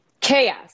chaos